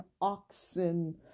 oxen